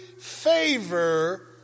favor